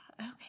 okay